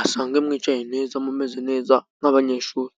asange mwicaye neza，mumeze neza nk'abanyeshuri.